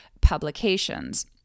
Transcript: publications